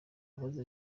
abazize